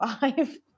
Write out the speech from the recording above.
five